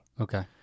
Okay